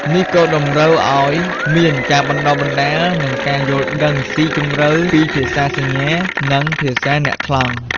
នេះក៏តម្រូវឱ្យមានការបណ្តុះបណ្តាល និងការយល់ដឹងស៊ីជម្រៅពីភាសាសញ្ញា និងភាសាអ្នកថ្លង់ ។